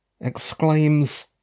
exclaims